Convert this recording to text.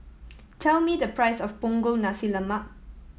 tell me the price of Punggol Nasi Lemak